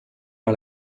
par